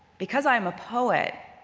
because i am a poet,